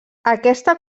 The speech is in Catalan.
aquesta